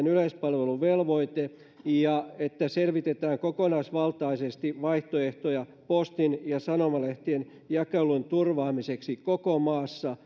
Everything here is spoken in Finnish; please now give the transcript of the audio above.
yleispalveluvelvoite ja että selvitetään kokonaisvaltaisesti vaihtoehtoja postin ja sanomalehtien jakelun turvaamiseksi koko maassa